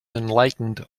enlightened